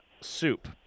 soup